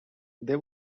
they